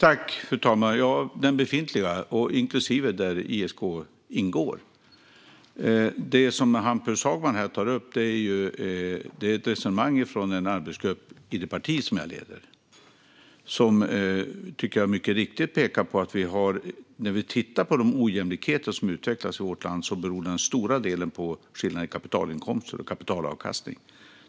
Fru talman! Jo, den befintliga, och här ingår ISK. Det som Hampus Hagman tar upp är ett resonemang i en arbetsgrupp i det parti jag leder. Den ojämlikhet som utvecklas i vårt land beror till stor del på skillnaden i kapitalinkomster och kapitalavkastning.